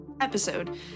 episode